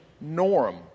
norm